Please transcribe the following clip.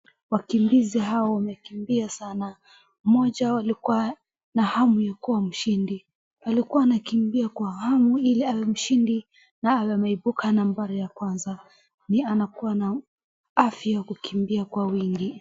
Wakimbizi hawa wamekimbia sana, mmoja wao alikua na hamu ya kuwa mshindi, alikua anakimbia kwa hamu ili awe mshindi, na awe ameibuka nambari ya kwanza, ni anakua na afya ya kukimbia kwa wingi.